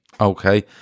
okay